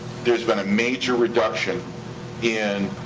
there's been a major reduction in